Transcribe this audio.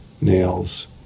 nails